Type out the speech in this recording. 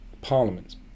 Parliament